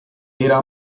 era